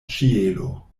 ĉielo